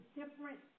different